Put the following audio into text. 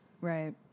Right